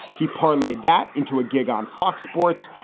he parlayed that into a gig on fox sports,